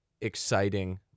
exciting